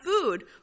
food